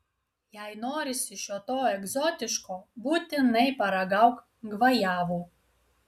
jei norisi šio to egzotiško būtinai paragauk gvajavų